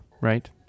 right